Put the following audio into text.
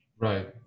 Right